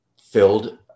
filled